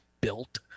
built